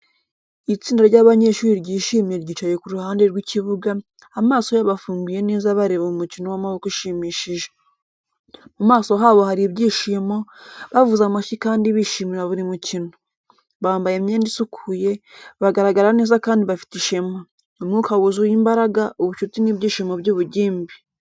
Itsinda ry'abanyeshuri ryishimye ryicaye ku ruhande rw’ikibuga, amaso yabo afunguye neza bareba umukino w'amaboko ushimishije. Mu maso habo hari ibyishimo, bavuza amashyi kandi bishimira buri mukino. Bambaye imyenda isukuye, bagaragara neza kandi bafite ishema. Umwuka wuzuye imbaraga, ubucuti n’ibyishimo by’ubugimbi.